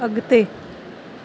अगि॒ते